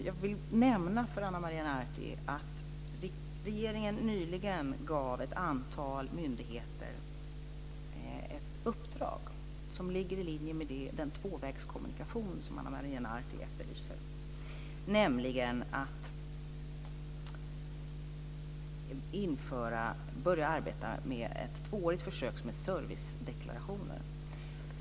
Jag vill nämna för Ana Maria Narti att regeringen nyligen gav ett antal myndigheter ett uppdrag som ligger i linje med den tvåvägskommunikation som Ana Maria Narti efterlyser, nämligen att de ska börja arbeta med ett tvåårigt försök med s.k. servicedeklarationer.